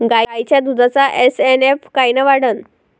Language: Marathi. गायीच्या दुधाचा एस.एन.एफ कायनं वाढन?